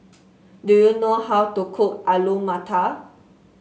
do you know how to cook Alu Matar